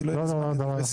כי לא יהיה לי זמן לסיכום.